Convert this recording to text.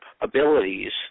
abilities